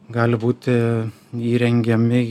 gali būti įrengiami